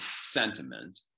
sentiment